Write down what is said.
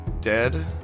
dead